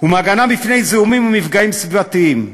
ומהגנה מפני זיהומים ומפגעים סביבתיים,